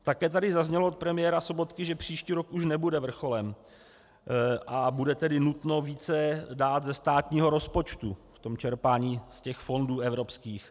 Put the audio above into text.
Také tady zaznělo od premiéra Sobotky, že příští rok už nebude vrcholem, a bude tedy nutno více dát ze státního rozpočtu v tom čerpání z těch fondů evropských.